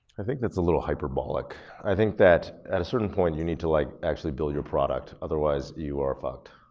i think that's a little hyperbolic. i think that, at a certain point, you need to like actually build your product. otherwise you are fucked.